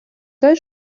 той